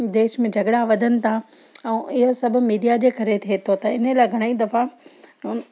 देश में झगड़ा वधनि था ऐं हीअ सभु मीडिया जे करे थिए थो त इन लाइ घणेई दफ़ा